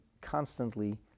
constantly